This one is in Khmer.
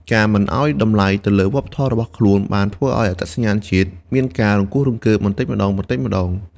ការមិនឲ្យតម្លៃទៅលើវប្បធម៌របស់ខ្លួនបានធ្វើឱ្យអត្តសញ្ញាណជាតិមានការរង្គោះរង្គើបន្តិចម្ដងៗ។